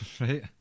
Right